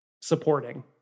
supporting